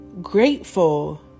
grateful